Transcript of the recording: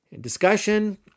Discussion